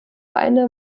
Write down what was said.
eine